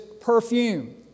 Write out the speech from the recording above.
perfume